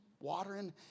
watering